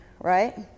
right